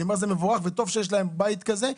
אני אומר: זה מבורך, וטוב שיש להם בית כזה.